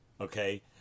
okay